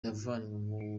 yavanywe